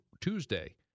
Tuesday